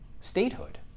statehood